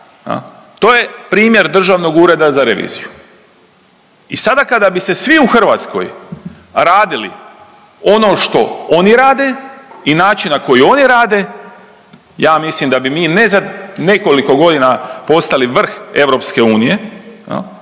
To je primjer Državnog ureda za reviziju. I sada kada bi se svi u Hrvatskoj radili ono što oni rade i načina na koji oni rade ja mislim da bi mi ne za nekoliko godina postali vrh EU